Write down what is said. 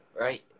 Right